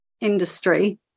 industry